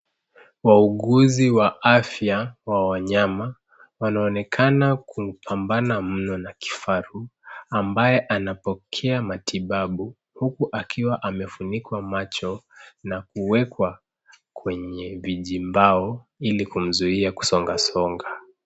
Wauguzi wa afya wa wanyama wanaonekana kupambana mno na kifaru ambaye anapokea matibabu huku akiwa amefunikwa macho na kuwekwa kwenye vijimbao ili kumzuia kusongasonga.